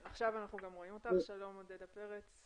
שלום עודדה פרץ.